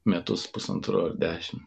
metus pusantrų ar dešimt